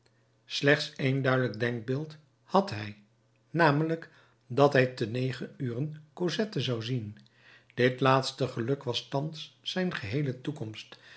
slechts één duidelijk denkbeeld had hij namelijk dat hij te negen uren cosette zou zien dit laatste geluk was thans zijn geheele toekomst